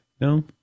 No